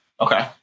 Okay